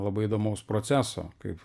labai įdomaus proceso kaip